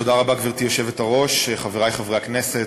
גברתי היושבת-ראש, תודה רבה, חברי חברי הכנסת,